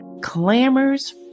clamors